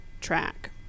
track